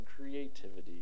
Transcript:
creativity